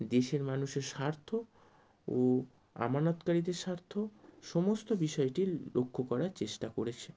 দেশের মানুষের স্বার্থ ও আমানতকারীদের স্বার্থ সমস্ত বিষয়টি লক্ষ্য করার চেষ্টা করেছে